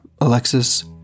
Alexis